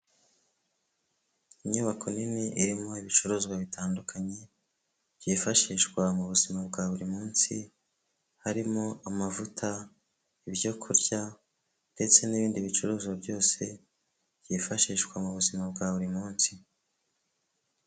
Inyubako nini irimo ibicuruzwa bitandukanye byifashishwa mu buzima bwa buri munsi harimo amavuta ibyo kurya ndetse n'ibindi bicuruzwa byose byifashishwa mu buzima bwa buri munsi.